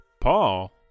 Paul